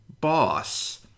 boss